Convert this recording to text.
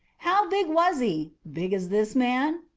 how big was he big as this man?